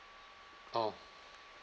oh